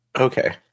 okay